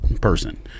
person